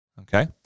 okay